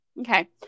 Okay